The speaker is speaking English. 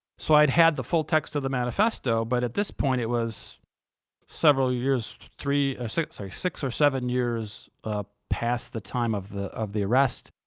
so i'd had the full text of the manifesto, but at this point it was several years, three ah sorry, six or seven years ah past the time of the of the arrest,